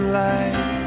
light